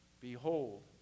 Behold